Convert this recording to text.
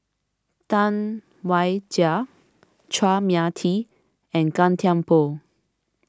Tam Wai Jia Chua Mia Tee and Gan Thiam Poh